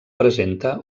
presenta